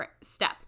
Step